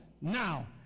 now